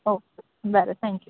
okay बरें thank you